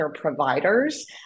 providers